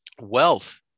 wealth